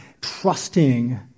trusting